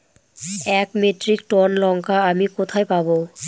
এক metric ton লঙ্কা আমি কোথায় পাবো?